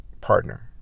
partner